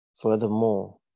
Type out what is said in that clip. furthermore